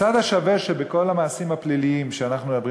הצד השווה שבכל המעשים הפליליים שאנחנו מדברים